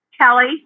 Kelly